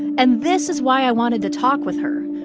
and this is why i wanted to talk with her.